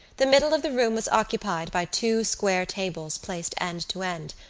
the middle of the room was occupied by two square tables placed end to end,